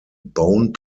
bone